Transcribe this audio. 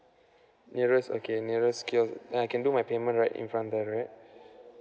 nearest okay nearest kiosk then I can do my payment right in front there right